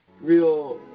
real